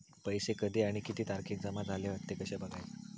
पैसो कधी आणि किती तारखेक जमा झाले हत ते कशे बगायचा?